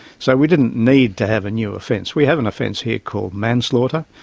so we didn't need to have a new offence. we have an offence here called manslaughter.